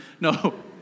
No